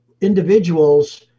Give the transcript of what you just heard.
individuals